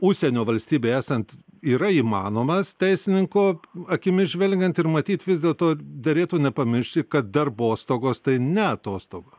užsienio valstybėje esant yra įmanomas teisininko akimis žvelgiant ir matyt vis dėlto derėtų nepamiršti kad darbostogos tai ne atostogos